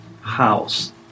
house